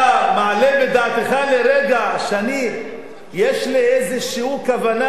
אתה מעלה בדעתך לרגע שיש לי איזו כוונה